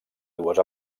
dues